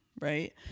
right